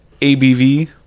ABV